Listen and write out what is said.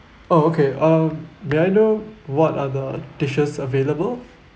oh okay um may I know what are the dishes available